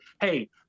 hey